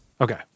Okay